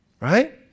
right